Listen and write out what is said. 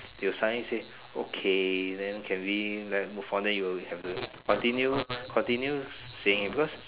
they will suddenly say okay then can we let move on then you'll have to continue continue saying because